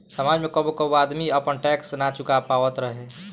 समाज में कबो कबो आदमी आपन टैक्स ना चूका पावत रहे